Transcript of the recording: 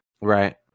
Right